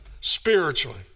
spiritually